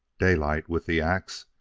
daylight, with the ax,